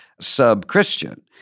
sub-Christian